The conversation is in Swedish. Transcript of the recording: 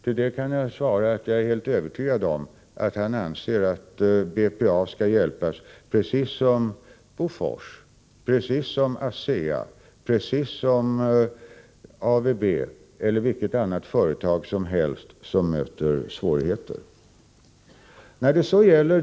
Till detta kan jag svara att jag är helt övertygad om att han anser att BPA skall hjälpas precis som Bofors, precis som ASEA, precis som ABV eller vilket annat företag som helst som möter svårigheter.